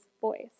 voice